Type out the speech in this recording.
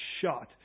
shot